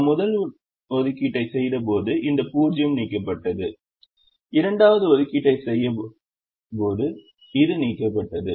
நாம் முதல் ஒதுக்கீட்டை செய்தபோது இந்த 0 நீக்கப்பட்டது இரண்டாவது ஒதுக்கீட்டை செய்தபோது இது நீக்கப்பட்டது